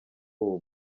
ubu